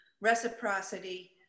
reciprocity